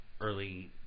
early